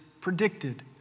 predicted